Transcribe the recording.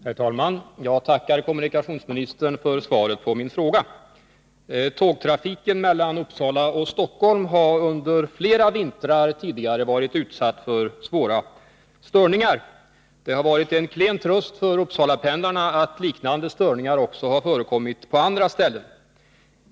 Herr talman! Jag tackar kommunikationsministern för svaret på min fråga. Tågtrafiken mellan Uppsala och Stockholm har under flera vintrar tidigare varit utsatt för svåra störningar. Det har varit en klen tröst för Uppsalapendlarna att liknande störningar har förekommit på andra ställen.